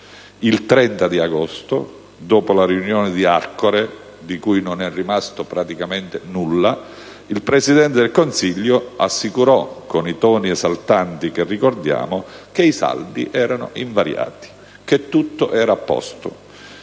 Il 30 agosto, dopo la riunione di Arcore, di cui non è rimasto praticamente nulla, il Presidente del Consiglio assicurò, con i toni esaltanti che ricordiamo, che i saldi erano invariati, che tutto era a posto.